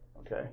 Okay